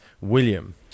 William